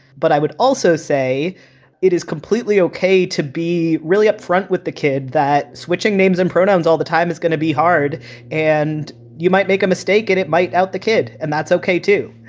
but i would also say it is completely ok to be really upfront with the kid that switching names and pronouns all the time is going to be hard and you might make a mistake and it might out the kid. and that's ok, too.